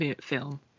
film